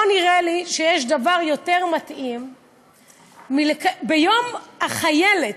לא נראה לי שיש דבר יותר מתאים ביום החיילת,